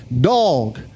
dog